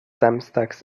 samstags